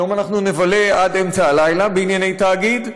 היום אנחנו נבלה עד אמצע הלילה בענייני תאגיד,